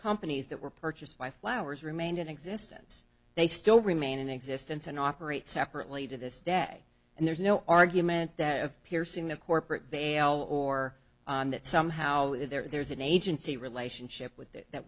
companies that were purchased by flowers remained in existence they still remain in existence and operate separately to this day and there's no argument that of piercing the corporate veil or that somehow there's an agency relationship with this that